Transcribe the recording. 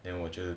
then 我就